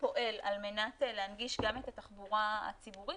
פועל על מנת להנגיש גם את התחבורה הציבורית,